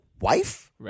wife